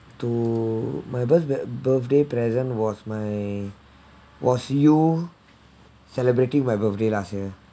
to my bir~ where birthday present was my was you celebrating my birthday last year